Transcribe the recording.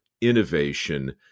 innovation